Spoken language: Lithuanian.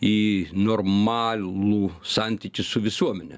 į normalų santykį su visuomene